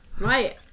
Right